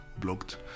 blocked